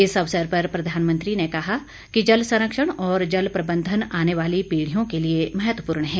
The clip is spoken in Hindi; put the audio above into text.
इस अवसर पर प्रधानमंत्री ने कहा कि जल संरक्षण और जल प्रबंधन आने वाली पीढियों के लिए महत्वपूर्ण है